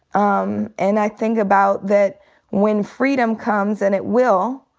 um and i think about that when freedom comes, and it will,